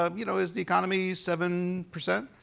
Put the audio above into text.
um you know, is the economy seven percent?